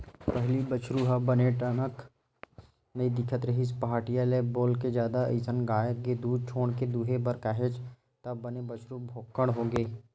पहिली बछरु ह बने टनक नइ दिखत रिहिस पहाटिया ल बोलके जादा असन गाय के दूद छोड़ के दूहे बर केहेंव तब बने बछरु भोकंड होगे